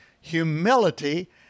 humility